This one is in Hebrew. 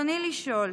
ברצוני לשאול: